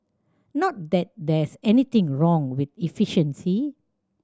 not that there's anything wrong with efficiency